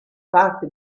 parte